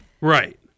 Right